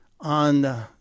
on